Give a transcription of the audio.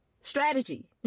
strategy